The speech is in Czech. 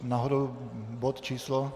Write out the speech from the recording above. Náhodou bod číslo?